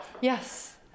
Yes